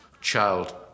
child